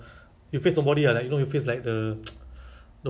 orchid house the the indian food macam mamak ah